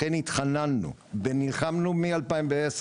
לכן, התחננו ונלחמנו מ-2010,